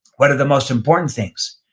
what are the most important things?